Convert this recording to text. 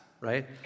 right